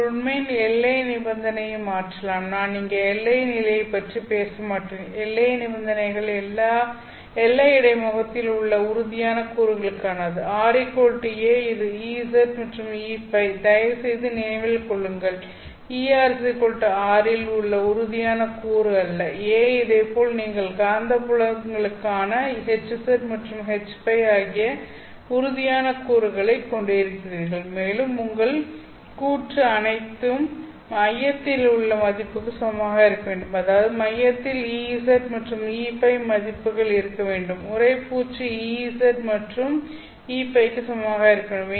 நீங்கள் உண்மையில் எல்லை நிபந்தனையை மாற்றலாம் நான் இங்கே எல்லை நிலையைப் பற்றி பேசமாட்டேன் எல்லை நிபந்தனைகள் எல்லை இடைமுகத்தில் உள்ள உறுதியான கூறுகளுக்கானது ra இது Ez மற்றும் Eϕ தயவுசெய்து நினைவில் கொள்ளுங்கள் Err இல் உள்ள உறுதியான கூறு அல்ல a இதேபோல் நீங்கள் காந்தப்புலங்களுக்கான Hz மற்றும் Hϕ ஆகிய உறுதியான கூறுகளைக் கொண்டிருக்கிறீர்கள் மேலும் உங்கள் கூற்று அனைத்தும் மையத்தில் உள்ள இந்த மதிப்புக்கு சமமாக இருக்க வேண்டும் அதாவது மையத்தில் Ez மற்றும் Eϕ மதிப்புகள் இருக்க வேண்டும் உறைப்பூச்சு Ez மற்றும் Eϕ க்கு சமமாக இருக்க வேண்டும்